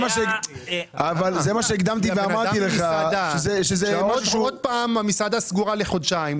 אבל זה מה שהקדמתי ואמרתי לך --- עוד פעם המסעדה סגורה לחודשיים,